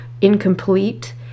incomplete